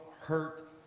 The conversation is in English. hurt